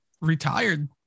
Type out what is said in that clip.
retired